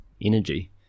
energy